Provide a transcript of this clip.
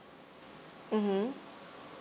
mm